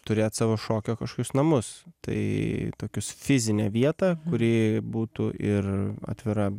turėt savo šokio kažkokius namus tai tokius fizinę vietą kuri būtų ir atvira